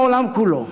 לעולם כולו.